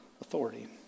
authority